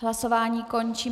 Hlasování končím.